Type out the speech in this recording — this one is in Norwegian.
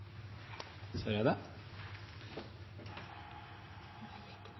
ser på det